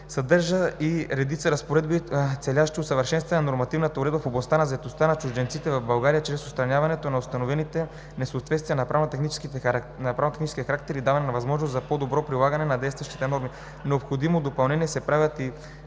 Съдържат се и редица разпоредби, целящи усъвършенстване на нормативната уредба в областта на заетостта на чужденци в България чрез отстраняване на установени несъответствия от правно-технически характер и даване възможност за по-доброто прилагане на действащите норми. Необходими допълнения се правят и